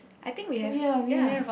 I think we have ya